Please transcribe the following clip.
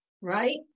right